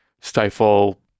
stifle